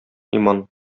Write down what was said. иман